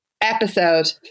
episode